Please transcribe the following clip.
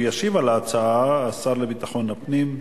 ישיב על ההצעה השר לביטחון הפנים,